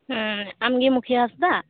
ᱟᱢᱜᱮ ᱢᱩᱠᱷᱤᱭᱟᱹ ᱦᱟᱸᱥᱫᱟᱜ